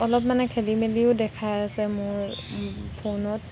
অলপ মানে খেলিমেলিও দেখাই আছে মোৰ ফোনত